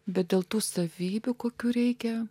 bet dėl tų savybių kokių reikia